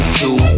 two